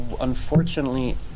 unfortunately